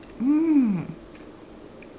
mm